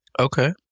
Okay